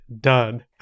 done